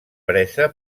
presa